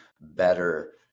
better